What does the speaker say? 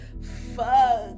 fuck